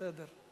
בסדר.